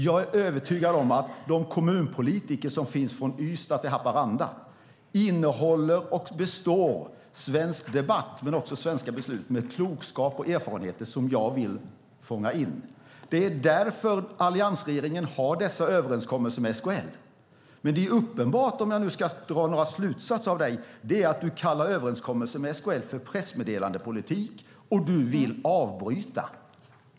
Jag är övertygad om att de kommunpolitiker som finns från Ystad till Haparanda innehar och består svensk debatt men också svenska beslut med klokskap och erfarenheter som jag vill fånga in. Det är därför alliansregeringen har dessa överenskommelser med SKL. Men det är uppenbart, om jag nu ska dra några slutsatser av vad Lena Hallengren säger, att överenskommelser med SKL kallar hon för pressmeddelandepolitik och vill avbryta.